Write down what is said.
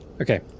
Okay